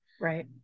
right